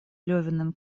левиным